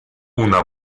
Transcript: una